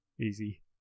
Easy